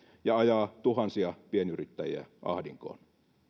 ja ajaa tuhansia pienyrittäjiä ahdinkoon